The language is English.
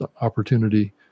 opportunity